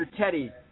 Teddy